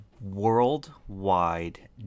worldwide